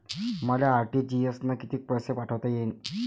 मले आर.टी.जी.एस न कितीक पैसे पाठवता येईन?